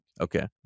Okay